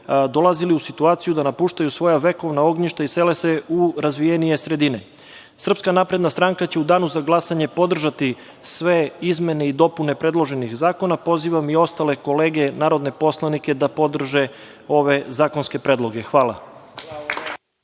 dolazili u situaciju da napuštaju svoja vekovna ognjišta i sele se u razvijenije sredine. Srpska napredna stranka će u danu za glasanje podržati sve izmene i dopune predloženih zakona, pozivam i ostale kolege narodne poslanike da podrže ove zakonske predloge. Hvala.